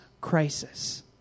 crisis